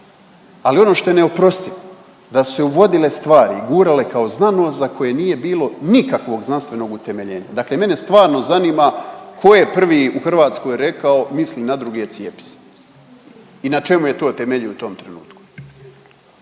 Ali ono što je neoprostivo da su se uvodile stvari i gurale kao znanost za koje nije bilo nikakvog znanstvenog utemeljenja. Dakle, mene stvarno zanima tko je prvi u Hrvatskoj rekao misli na druge, cijepi se i na čemu je to temeljio u tom trenutku?